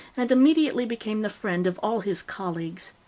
and immediately became the friend of all his colleagues.